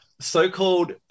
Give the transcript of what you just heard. so-called